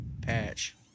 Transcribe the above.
patch